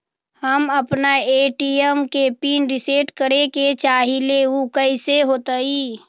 हम अपना ए.टी.एम के पिन रिसेट करे के चाहईले उ कईसे होतई?